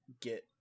get